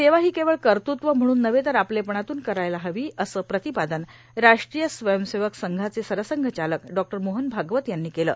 सेवा ही केवळ कर्तृत्व म्हणून नव्हे तर आपलेपणातुन करायला हवी असं प्रतिपादन राष्ट्रीय स्वयंसेवक संघाचे सरसंघचालक डॉ मोहन भागवत यांनी केलं